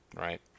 Right